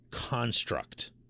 construct